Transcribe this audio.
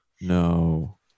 No